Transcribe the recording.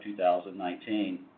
2019